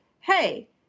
hey